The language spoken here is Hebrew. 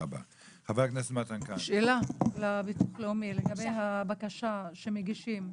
שאלה לביטוח לאומי, לגבי הבקשה שמגישים: